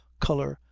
colour,